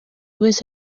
wese